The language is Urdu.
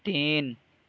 تین